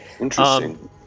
Interesting